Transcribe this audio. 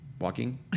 walking